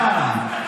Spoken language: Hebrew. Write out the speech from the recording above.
בעד,